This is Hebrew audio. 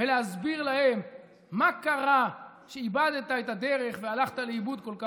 ולהסביר להם מה קרה שאיבדת את הדרך והלכת לאיבוד כל כך רחוק.